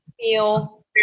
feel